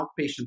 outpatient